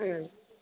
उम